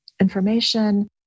information